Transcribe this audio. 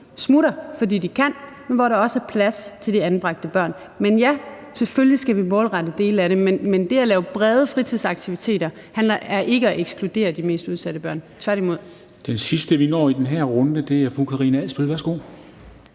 smutter, fordi de kan, og som også har plads til de anbragte børn. Men ja, selvfølgelig skal vi målrette dele af det, men det at lave brede fritidsaktiviteter er ikke at ekskludere de mest udsatte børn – tværtimod. Kl. 16:07 Formanden (Henrik